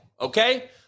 okay